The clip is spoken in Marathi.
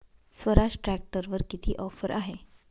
स्वराज ट्रॅक्टरवर किती ऑफर आहे?